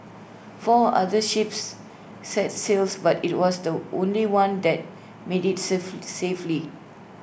four other ships set sails but IT was the only one that made IT safe safely